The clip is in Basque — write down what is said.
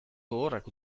gogorrak